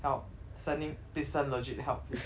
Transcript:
help sending please send legit help please